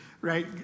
right